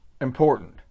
important